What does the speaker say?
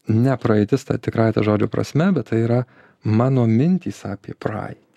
ne praeitis ta tikrąja to žodžio prasme bet tai yra mano mintys apie praeitį